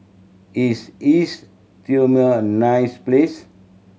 is East Timor nice place